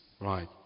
right